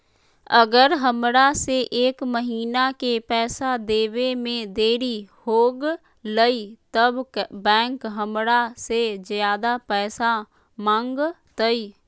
अगर हमरा से एक महीना के पैसा देवे में देरी होगलइ तब बैंक हमरा से ज्यादा पैसा मंगतइ?